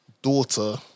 daughter